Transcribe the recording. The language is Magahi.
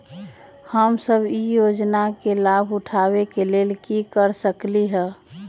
हम सब ई योजना के लाभ उठावे के लेल की कर सकलि ह?